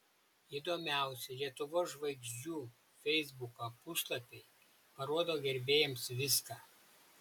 įdomiausi lietuvos žvaigždžių feisbuko puslapiai parodo gerbėjams viską